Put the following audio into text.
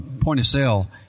point-of-sale